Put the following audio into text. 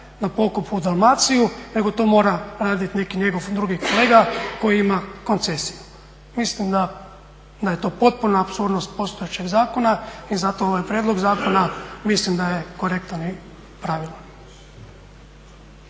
na pokop u Dalmaciju nego to mora radit neki njegov drugi kolega koji imaju koncesiju. Mislim da je to potpuna apsurdnost postojećeg zakona i zato ovaj prijedlog zakona mislim da je korektan i pravilan.